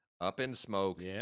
up-in-smoke